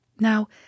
Now